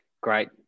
Great